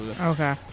Okay